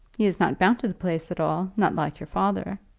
he is not bound to the place at all not like your father?